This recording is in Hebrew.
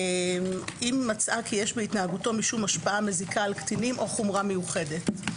אם מצאה שיש בהתנהלותו משום השפעה מזיקה על קטינים או חומרה מיוחדת.